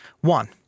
One